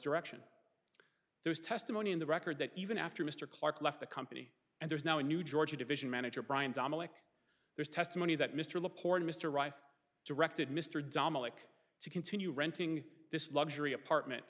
direction there's testimony in the record that even after mr clark left the company and there is now a new georgia division manager brian dominick there's testimony that mr laporte mr rife directed mr dominick to continue renting this luxury apartment